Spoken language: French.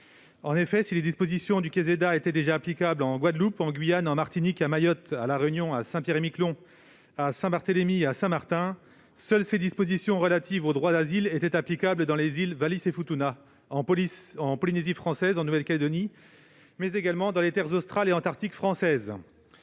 En effet, si les dispositions du Ceseda étaient déjà applicables en Guadeloupe, en Guyane, en Martinique, à Mayotte, à La Réunion, à Saint-Pierre-et-Miquelon, à Saint-Barthélemy et à Saint-Martin, seules ses dispositions relatives au droit d'asile étaient applicables dans les îles Wallis et Futuna, en Polynésie française, en Nouvelle-Calédonie et dans les Terres australes et antarctiques françaises.